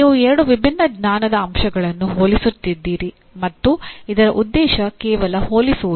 ನೀವು ಎರಡು ವಿಭಿನ್ನ ಜ್ಞಾನದ ಅಂಶಗಳನ್ನು ಹೋಲಿಸುತ್ತಿದ್ದೀರಿ ಮತ್ತು ಇದರ ಉದ್ದೇಶ ಕೇವಲ ಹೋಲಿಸುವುದು